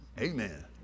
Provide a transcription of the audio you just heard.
Amen